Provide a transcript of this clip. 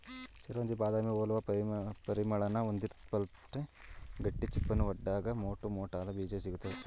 ಚಿರೊಂಜಿ ಬಾದಾಮಿ ಹೋಲುವ ಪರಿಮಳನ ಹೊಂದಿರುತ್ವೆ ಗಟ್ಟಿ ಚಿಪ್ಪನ್ನು ಒಡ್ದಾಗ ಮೋಟುಮೋಟಾದ ಬೀಜ ಸಿಗ್ತದೆ